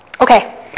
okay